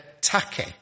tacky